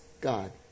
God